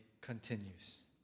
continues